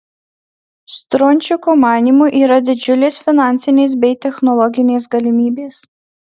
strončiko manymu yra didžiulės finansinės bei technologinės galimybės